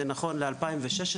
ב-2016,